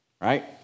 Right